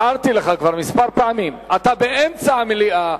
כבר הערתי לך כמה פעמים, אתה באמצע המליאה,